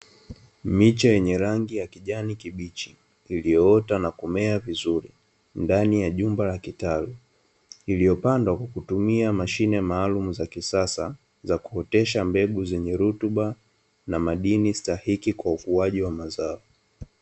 Miche yenye rangi ya kijani kibichi, iliyoota na kumea vizuri, ndani ya jumba la kitalu iliyopandwa kwa kutumia mashine maalumu za kisasa, za kuotesha mbegu zenye rutuba na madini stahiki kwa ukuaji wa mazao.